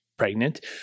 Pregnant